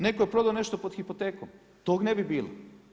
Netko je prodao nešto pod hipotekom, tog ne bi bilo.